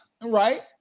Right